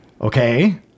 Okay